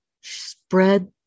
spread